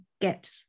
get